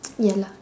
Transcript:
ya lah